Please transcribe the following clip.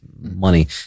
money